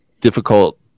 difficult